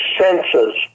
senses